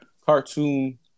cartoon